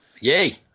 Yay